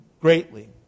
greatly